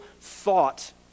thought